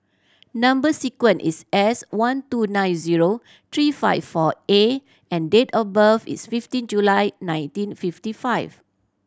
number sequence is S one two nine zero three five four A and date of birth is fifteen July nineteen fifty five